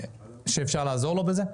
שאפשר לעזור לו בזה?